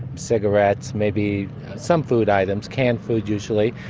cigarettes, maybe some food items, canned food usually,